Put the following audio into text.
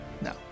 No